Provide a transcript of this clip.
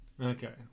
okay